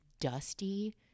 dusty